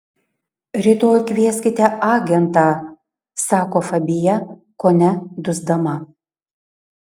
rytoj kvieskite agentą sako fabija kone dusdama